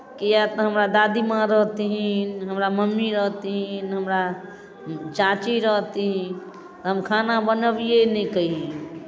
किएक तऽ हमरा दादीमाँ रहथिन हमरा मम्मी रहथिन हमरा चाची रहथिन हम खाना बनबियै नहि कहिओ